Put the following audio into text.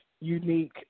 unique